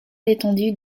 l’étendue